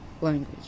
language